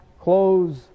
clothes